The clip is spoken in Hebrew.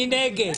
מי נגד,